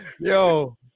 Yo